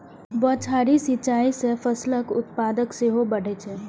बौछारी सिंचाइ सं फसलक उत्पादकता सेहो बढ़ै छै